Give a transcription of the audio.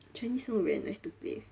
chinese song very nice to play